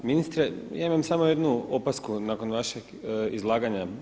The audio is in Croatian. Ministre ja imam samo jednu opasku nakon vašeg izlaganja.